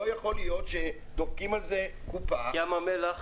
לא יכול להיות שדופקים על זה קופה --- ים המלח